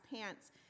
pants